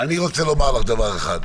אני רוצה לומר לך דבר אחד.